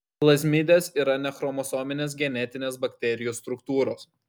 plazmidės yra nechromosominės genetinės bakterijų struktūros